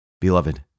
Beloved